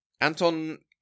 Anton